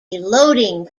loading